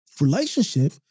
relationship